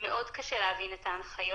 שהיתה צריכה להכניס